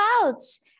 clouds